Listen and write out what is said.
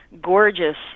gorgeous